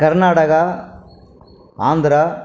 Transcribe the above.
Karnataka Andhra